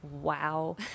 wow